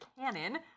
canon